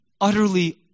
utterly